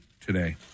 today